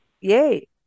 Yay